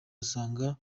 usanga